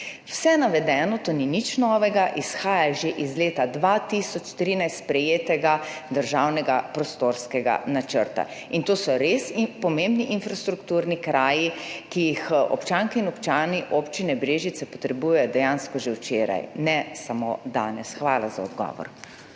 Vse navedeno, to ni nič novega, izhaja že iz leta 2013 sprejetega državnega prostorskega načrta in to so res pomembni infrastrukturni kraji, ki jih občanke in občani Občine Brežice potrebujejo dejansko že včeraj, ne samo danes. Hvala za odgovor.